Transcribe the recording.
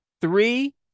three